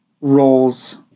roles